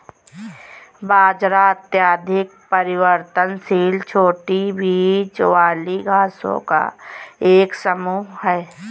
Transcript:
बाजरा अत्यधिक परिवर्तनशील छोटी बीज वाली घासों का एक समूह है